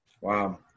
Wow